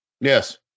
Yes